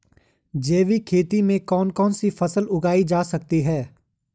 जैविक खेती में कौन कौन सी फसल उगाई जा सकती है?